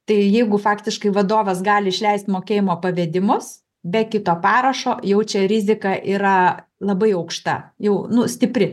tai jeigu faktiškai vadovas gali išleist mokėjimo pavedimus be kito parašo jau čia rizika yra labai aukšta jau nu stipri